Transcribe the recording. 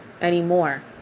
anymore